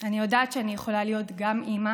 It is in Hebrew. אני יודעת שאני יכולה להיות גם אימא